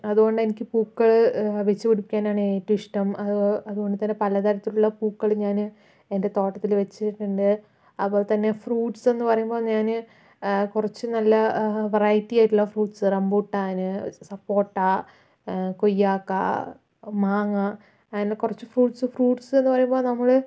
അതുകൊണ്ട് എനിക്ക് പൂക്കളെ വെച്ചു പിടിപ്പിക്കാനാണ് ഏറ്റവും ഇഷ്ടം അതുകൊ അതുകൊണ്ടുതന്നെ പലതരത്തിലുള്ള പൂക്കള് ഞാന് എന്റെ തോട്ടത്തില് വെച്ചിട്ടുണ്ട് അതുപോലെതന്നെ ഫ്രൂട്ട്സ്ന്നു പറയുമ്പോൾ ഞാന് കുറച്ച് നല്ല വെറൈറ്റീ ആയിട്ടുള്ള ഫ്രൂട്ട്സ് റമ്പുട്ടാന് സപ്പോട്ട കൊയ്യാക്കാ മാങ്ങ അങ്ങനെ കുറച്ച് ഫ്രൂട്ട്സ് ഫ്രൂട്ട്സ്ന്ന് പറയുമ്പോൾ നമ്മള്